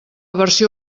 versió